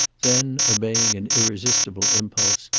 then, obeying an irresistible impulse,